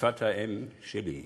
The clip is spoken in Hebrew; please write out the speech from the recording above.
בשפת האם שלי.